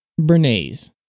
Bernays